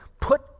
put